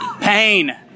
Pain